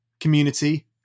Community